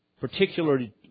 particularly